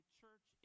church